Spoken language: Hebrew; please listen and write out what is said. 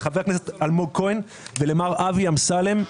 לחבר הכנסת אלמוג כהן ולמר אבי אמסלם,